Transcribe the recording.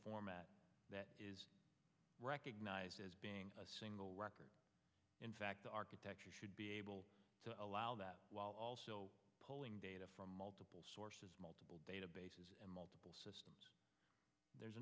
format that is recognized as being a single record in fact the architecture should be able to allow that polling data from multiple sources multiple databases and multiple systems there's